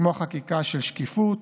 כמו החקיקה של שקיפות,